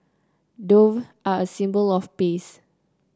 dove are a symbol of peace